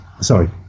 sorry